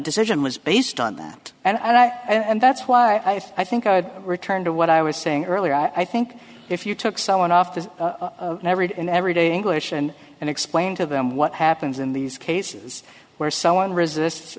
decision was based on that and i and that's why i think i would return to what i was saying earlier i think if you took someone off the everyday in everyday english and and explain to them what happens in these cases where someone resist